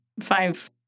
five